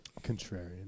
Contrarian